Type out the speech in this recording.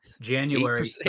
January